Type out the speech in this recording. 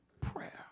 prayer